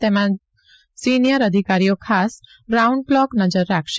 જેમાં સિનિયર અધિકારીઓ ખાસ રાઉન્ડ ક્લોક નજર રાખશે